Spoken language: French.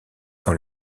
dans